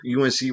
UNC